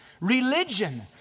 religion